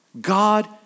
God